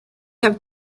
have